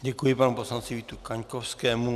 Děkuji panu poslanci Vítu Kaňkovskému.